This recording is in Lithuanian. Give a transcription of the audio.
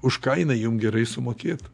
už ką jinai jum gerai sumokėtų